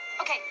Okay